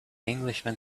englishman